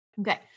okay